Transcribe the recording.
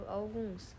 alguns